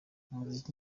umuziki